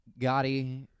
Gotti